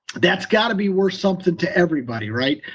that's got to be worth something to everybody, right?